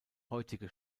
heutige